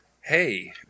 hey